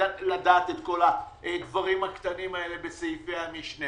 לדעת את הדברים הקטנים האלה בסעיפי המשנה